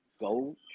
Go